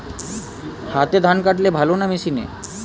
হাতে ধান কাটলে ভালো না মেশিনে?